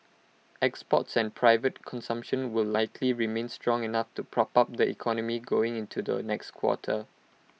exports and private consumption will likely remain strong enough to prop up the economy going into the next quarter